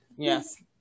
Yes